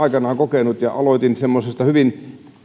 kokenut ja aloitin semmoisesta sillä hetkellä tuntui hyvin